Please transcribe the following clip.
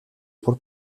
por